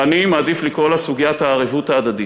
שאני מעדיף לקרוא לה סוגיית הערבות ההדדית,